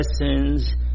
lessons